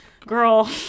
girl